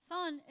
Son